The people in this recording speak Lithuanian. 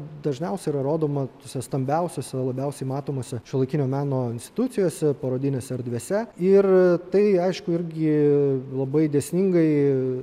dažniausiai yra rodoma tose stambiausiose labiausiai matomose šiuolaikinio meno institucijose parodinėse erdvėse ir tai aišku irgi labai dėsningai